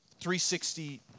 360